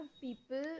people